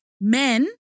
men